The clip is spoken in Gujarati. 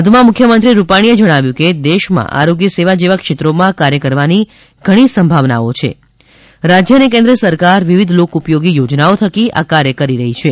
વધુમાં મુખ્યમંત્રી રૂપાણીએ જણાવ્યું હતું કે દેશમાં આરોગ્ય સેવા જેવા ક્ષેત્રોમાં કાર્ય કરવાની ઘણી સંભાવનાઓ છે રાજ્ય અને કેન્દ્ર સરકાર વિવિધ લોકઉપયોગી યોજનાઓ થકી આ કાર્ય કરી રહી છે